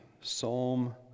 Psalm